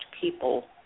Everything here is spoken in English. people